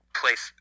place